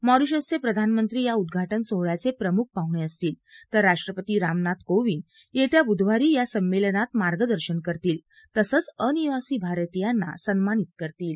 मॉरिशसचे प्रधानमंत्री या उदघाटन सोहळ्याचे प्रमुख पाहूणे असतील तर राष्ट्रपती रामनाथ कोविंद येत्या बुधवारी या संमेलनात मार्गदर्शन करतील तसंच अनिवासी भारतीयांना सन्मानित करतील